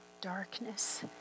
darkness